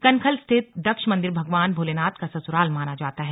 कनखल स्थित दक्ष मंदिर भगवान भोलेनाथ का ससुराल माना जाता है